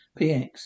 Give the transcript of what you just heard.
PX